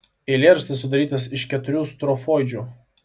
eilėraštis sudarytas iš keturių strofoidžių